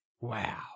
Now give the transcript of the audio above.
Wow